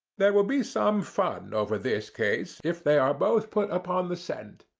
there will be some fun over this case if they are both put upon the scent.